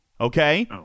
Okay